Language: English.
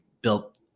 built